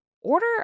order